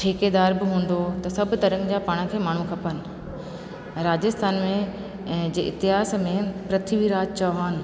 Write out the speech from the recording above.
ठेकेदार बि हूंदो त सभु तरह न जा पाण खे माण्हू खपनि ऐं राजस्थान में ऐं जे इतिहास में पृथ्वी राज चौहान